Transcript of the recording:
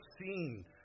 seen